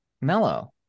mellow